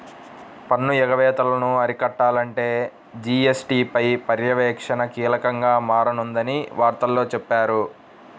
పన్ను ఎగవేతలను అరికట్టాలంటే జీ.ఎస్.టీ పై పర్యవేక్షణ కీలకంగా మారనుందని వార్తల్లో చెప్పారు